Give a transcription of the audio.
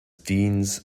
dean’s